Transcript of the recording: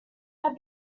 have